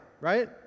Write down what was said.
right